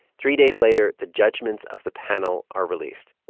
three days later, the judgments of the panel are released